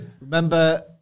Remember